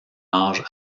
âge